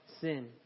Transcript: sin